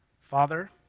Father